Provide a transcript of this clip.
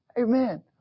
Amen